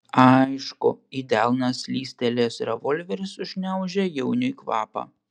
aišku į delną slystelėjęs revolveris užgniaužė jauniui kvapą